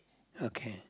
okay